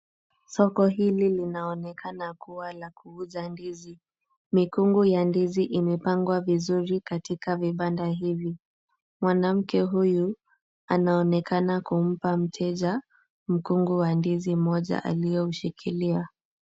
Soko hili linaonekana kuwa la kuuza ndizi. Mikungu ya ndizi imepangwa vizuri katika vibanda hivi. Mwanamke huyu, anaonekana kumpa mteja mkungu wa ndizi moja alioushikilia.